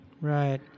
Right